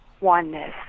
oneness